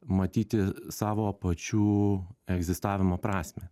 matyti savo pačių egzistavimo prasmę